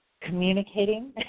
communicating